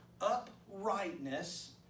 uprightness